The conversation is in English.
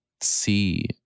see